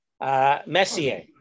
Messier